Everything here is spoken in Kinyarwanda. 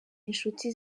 inshuti